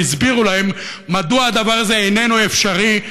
והסבירו להם בוועדת הכנסת מדוע הדבר הזה איננו אפשרי.